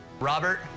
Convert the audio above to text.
Robert